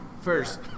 first